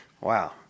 Wow